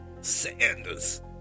Sanders